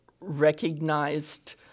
recognized